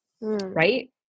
Right